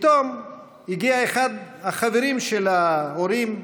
פתאום הגיע אחד החברים של ההורים,